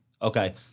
Okay